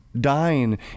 dying